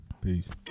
peace